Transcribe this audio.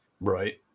Right